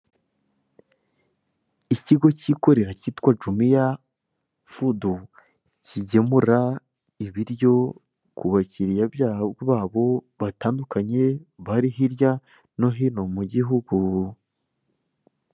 Ikigo kikorera kitwa jumiya fudu, kigemura ibiryo kubakiliya babo batandukanye bari hirya no hino mugihugu.